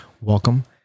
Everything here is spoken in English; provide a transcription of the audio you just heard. welcome